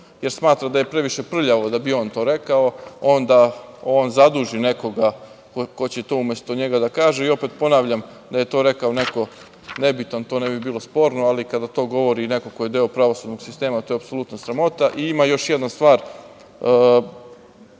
jer smatra da je previše prljavo da bi on to rekao, onda on zaduži nekoga ko će to umesto njega da kaže i opet ponavljam, da je to rekao neko nebitan, to ne bi bilo sporno, ali kada to govori neko ko je deo pravosudnog sistema, to je apsolutna sramota. Ima još jedna stvar,